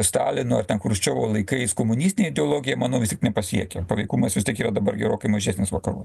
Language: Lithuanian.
stalino chruščiovo laikais komunistinė ideologija manau vis tik nepasiekia paveikumas vis tik yra dabar gerokai mažesnis vakarų